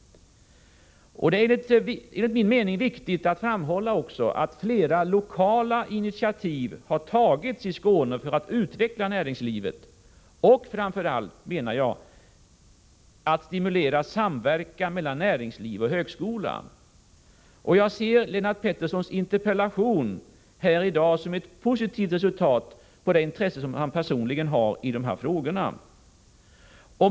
Vidare är det enligt min mening viktigt att framhålla att flera lokala initiativ har tagits i Skåne för att utveckla näringslivet och framför allt för att stimulera samverkan mellan näringsliv och högskola. Jag ser den interpellation av Lennart Pettersson som i dag behandlas här i kammaren som ett positivt resultat av det intresse som han personligen har i dessa frågor.